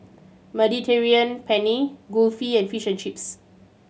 Mediterranean Penne Kulfi and Fish and Chips